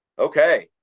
Okay